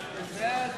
הצעת סיעות